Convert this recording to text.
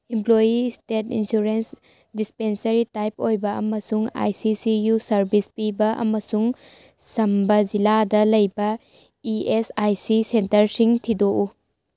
employees state insurance dispensary type ꯑꯣꯏꯕ ꯑꯃꯁꯨꯡ I C C U service ꯄꯤꯕ ꯑꯃꯁꯨꯡ ꯆꯝꯕ ꯖꯤꯂꯥꯗ ꯂꯩꯕ ꯏ ꯑꯦꯁ ꯑꯥꯏ ꯁꯤ ꯁꯦꯟꯇꯔꯁꯤꯡ ꯊꯤꯗꯣꯛꯎ